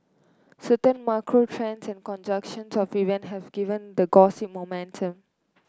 certain macro trends and conjunction of event have given the gossip momentum